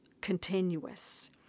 continuous